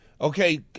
Okay